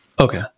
Okay